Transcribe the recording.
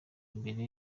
imbere